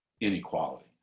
inequality